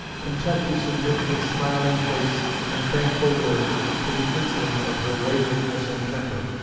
content to submit with smiling face and thankful words to the insolence of her waywardness and temper,